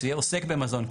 שזה יהיה עוסק במזון,